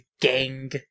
gang